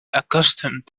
accustomed